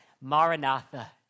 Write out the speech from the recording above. Maranatha